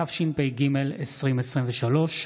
התשפ"ג 2023,